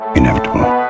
Inevitable